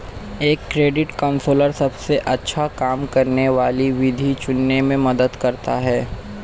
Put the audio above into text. एक credit counsellor सबसे अच्छा काम करने वाली विधि चुनने में मदद करता है